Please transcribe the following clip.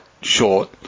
short